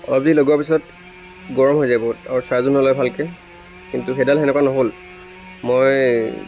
অলপ দেৰি লগোৱা পিছত গৰম হৈ যায় বহুত আৰু চাৰ্জো নলয় ভালকৈ কিন্তু সেইডাল তেনেকুৱা নহ'ল মই